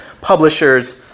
Publishers